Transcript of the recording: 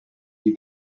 die